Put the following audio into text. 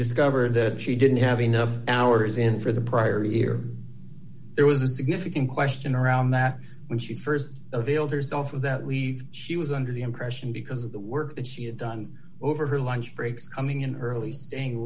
discovered that she didn't have enough hours in for the prior year there was a significant question around that when she st availed herself of that weave she was under the impression because of the work that she had done over her lunch breaks coming in early staying